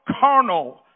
Carnal